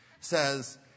says